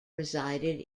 resided